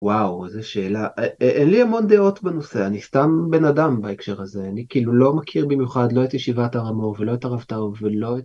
וואו, איזה שאלה, אין לי המון דעות בנושא, אני סתם בן אדם בהקשר הזה, אני כאילו לא מכיר במיוחד לא את ישיבת הר המור ולא את הרב טאו ולא את..